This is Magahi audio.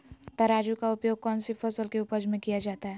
तराजू का उपयोग कौन सी फसल के उपज में किया जाता है?